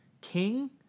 king